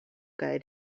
kaj